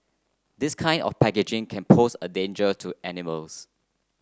this kind of packaging can pose a danger to animals